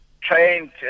trained